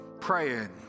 praying